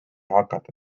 hakata